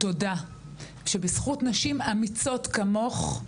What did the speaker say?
תודה שבזכות נשים אמיצות כמוך,